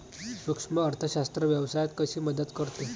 सूक्ष्म अर्थशास्त्र व्यवसायात कशी मदत करते?